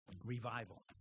Revival